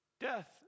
death